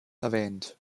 erwähnt